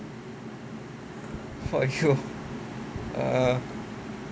!aiyo! err